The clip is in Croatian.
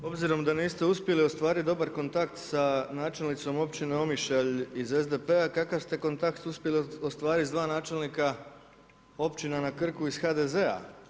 S obzirom da niste uspjeli ostvarit dobar kontakt sa načelnicom općine Omišalj iz SDP-a, kakav ste kontakt uspjeli ostvarit s dva načelnika općina na Krku iz HDZ-a?